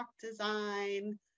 design